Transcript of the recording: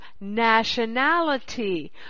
nationality